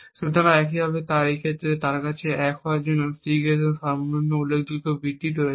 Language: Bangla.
সুতরাং একইভাবে এই ক্ষেত্রে তার কাছে 1 হওয়ার জন্য Cguess এর সর্বনিম্ন উল্লেখযোগ্য বিট রয়েছে